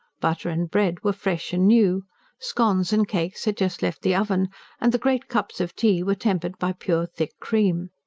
butter and bread were fresh and new scones and cakes had just left the oven and the great cups of tea were tempered by pure, thick cream.